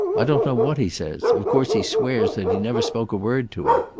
i don't know what he says. of course he swears that he never spoke a word to her.